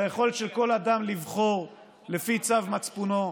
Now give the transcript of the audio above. על היכולת של כל אדם לבחור לפי צו מצפונו,